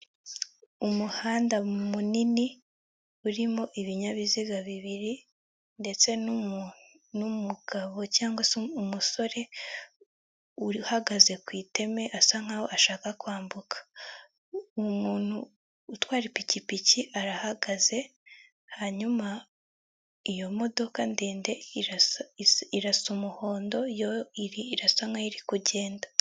Umuhanda munini urimo ibinyabiziga bibiri ndetse n'umugabo cyangwa se umusore uhagaze ku iteme asa nkaho ashaka kwambuka, umuntu utwara ipikipiki arahagaze hanyuma iyo modoka ndende irasa umuhondo yo irasa nkaho iri kugenda.